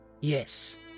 yes